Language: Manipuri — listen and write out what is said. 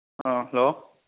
ꯑꯣ ꯍꯂꯣ